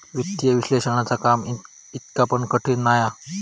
वित्तीय विश्लेषणाचा काम इतका पण कठीण नाय हा